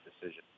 decision